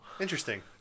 interesting